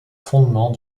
fondement